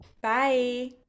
Bye